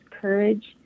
courage